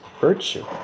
virtue